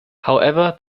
however